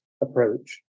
approach